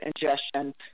ingestion